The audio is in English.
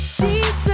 Jesus